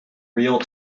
real